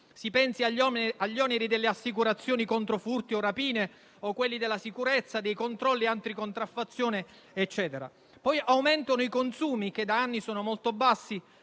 Si pensi agli oneri delle assicurazioni contro furti o rapine o a quelli della sicurezza, dei controlli anticontraffazione e così via. Aumentano poi i consumi, che da anni sono molto bassi,